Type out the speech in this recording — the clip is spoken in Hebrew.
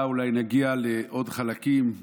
בפרק הבא אולי נגיע לעוד חלקים,